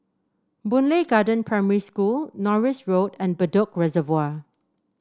Boon Lay Garden Primary School Norris Road and Bedok Reservoir